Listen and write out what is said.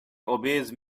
obeys